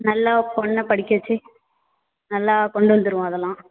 நல்லா பொண்ணை படிக்கவச்சு நல்லா கொண்டுவந்துருவோம் அதெல்லாம்